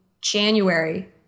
January